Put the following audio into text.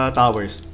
towers